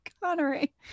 Connery